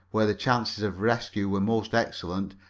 where the chances of rescue were most excellent,